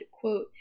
quote